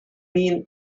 mean